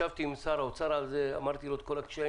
ישבתי עם שר האוצר על כך ואמרתי לו מה הקשיים.